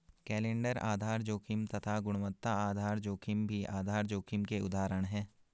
calendar आधार जोखिम तथा गुणवत्ता आधार जोखिम भी आधार जोखिम के उदाहरण है